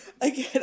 Again